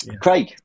Craig